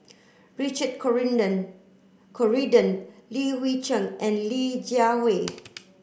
Richard Corridon Li Hui Cheng and Li Jiawei